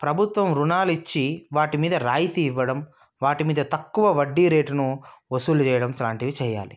ప్రభుత్వం రుణాలు ఇచ్చి వాటి మీద రాయితీ ఇవ్వడం వాటి మీద తక్కువ వడ్డీ రేటును వసూలు చేయడం లాంటివి చేయాలి